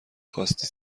خواستی